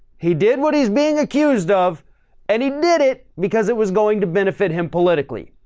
he did what he's being accused of and he did it because it was going to benefit him politically.